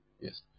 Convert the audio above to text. yes